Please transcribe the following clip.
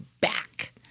back